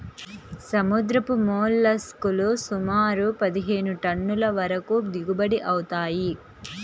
సముద్రపు మోల్లస్క్ లు సుమారు పదిహేను టన్నుల వరకు దిగుబడి అవుతాయి